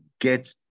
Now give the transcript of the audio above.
get